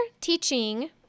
teaching